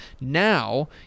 Now